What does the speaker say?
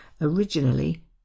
originally